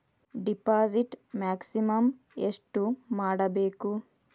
Deposit maximum ಎಷ್ಟು ಮಾಡಬೇಕು?